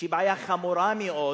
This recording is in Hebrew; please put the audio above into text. שם היא בעיה חמורה מאוד,